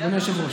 אדוני היושב-ראש,